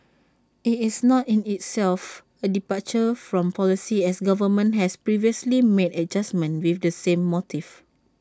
IT is not in itself A departure from policy as government has previously made adjustments with the same motive